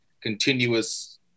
continuous